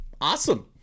Awesome